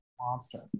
Monster